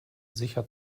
sicher